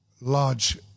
large